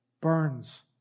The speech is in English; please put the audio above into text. burns